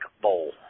bowl